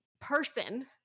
person